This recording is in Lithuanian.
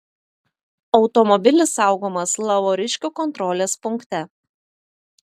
automobilis saugomas lavoriškių kontrolės punkte